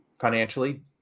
financially